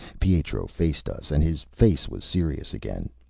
pietro faced us, and his face was serious again.